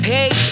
Hey